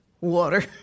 water